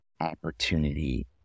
opportunity